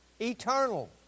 Eternal